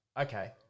okay